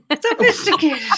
Sophisticated